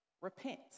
repent